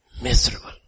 miserable